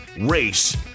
race